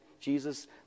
Jesus